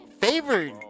Favored